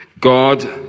God